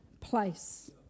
place